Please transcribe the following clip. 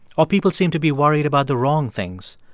or people seem to be worried about the wrong things,